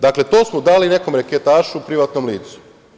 Dakle, to su dali nekom reketašu, privatnom licu.